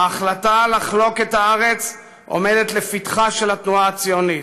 ההחלטה לחלוק את הארץ עומדת לפתחה של התנועה הציונית.